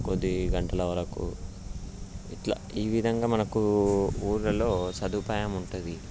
కొద్ది గంటల వరకు ఇట్లా ఈవిధంగా మనకూ ఊళ్ళలో సదుపాయం ఉంటుంది